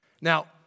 now